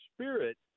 spirit